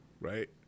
right